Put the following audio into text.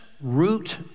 root